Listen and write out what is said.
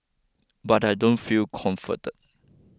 but I don't feel comforted